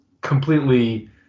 completely